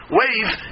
wave